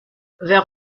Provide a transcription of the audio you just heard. vers